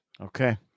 okay